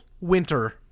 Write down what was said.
winter